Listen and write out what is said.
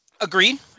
Agreed